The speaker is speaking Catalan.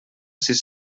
sis